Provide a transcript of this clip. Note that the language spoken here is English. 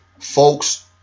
folks